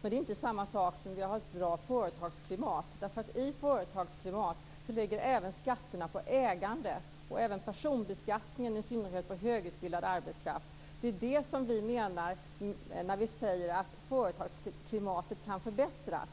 Men det är inte samma sak som att ha ett bra företagsklimat. I ett företagsklimat ligger även skatterna på ägande och personbeskattningen, i synnerhet för högutbildad arbetskraft. Det är det vi menar när vi säger att företagsklimatet kan förbättras.